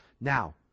Now